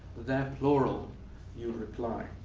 they're plural you'd reply.